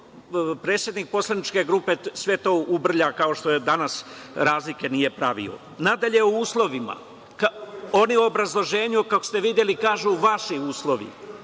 predsednik poslaničke grupe to sve ubrlja kao što i danas razlike nije pravio. Nadalje o uslovima. Oni u obrazloženju, kako ste videli, kažu „vaši uslovi“.